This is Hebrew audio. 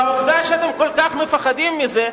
והעובדה שאתם כל כך מפחדים מזה,